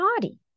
body